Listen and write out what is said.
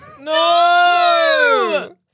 No